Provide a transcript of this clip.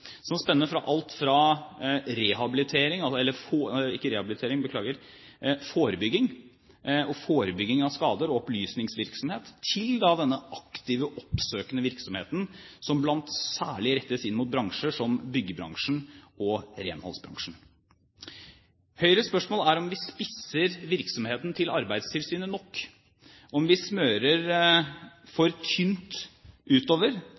som spenner fra alt fra forebygging av skader og opplysningsvirksomhet til denne aktive oppsøkende virksomheten, som særlig rettes inn mot bransjer som byggebransjen og renholdsbransjen. Høyres spørsmål er om vi spisser virksomheten til Arbeidstilsynet nok, om vi smører for tynt utover,